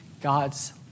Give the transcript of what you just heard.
God's